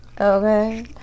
Okay